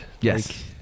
yes